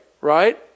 right